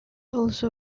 also